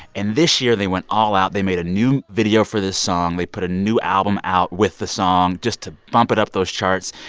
and this year, they went all out. they made a new video for the song. they put a new album out with the song just to bump it up those charts.